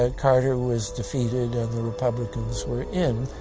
ah carter was defeated and the republicans were in.